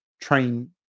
train